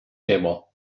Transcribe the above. table